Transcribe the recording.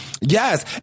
yes